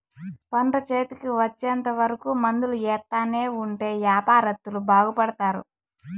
పంట చేతికి వచ్చేంత వరకు మందులు ఎత్తానే ఉంటే యాపారత్తులు బాగుపడుతారు